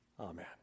Amen